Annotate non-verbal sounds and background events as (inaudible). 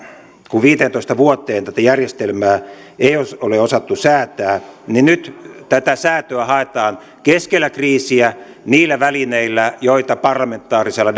kun viiteentoista vuoteen tätä järjestelmää ei ole osattu säätää niin nyt tätä säätöä haetaan keskellä kriisiä niillä välineillä joita parlamentaarisella (unintelligible)